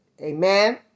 Amen